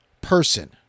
person